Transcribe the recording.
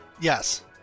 Yes